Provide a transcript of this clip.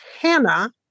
Hannah